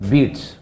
Beats